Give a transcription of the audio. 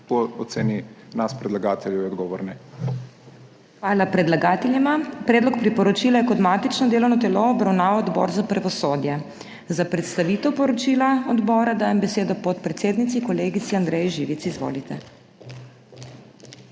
Po oceni nas predlagateljev je odgovor ne. PODPREDSEDNICA MAG. MEIRA HOT: Hvala, predlagateljema. Predlog priporočila je kot matično delovno telo obravnaval Odbor za pravosodje. Za predstavitev poročila odbora dajem besedo podpredsednici kolegici Andreji Živic. Izvolite.